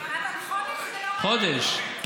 חודש.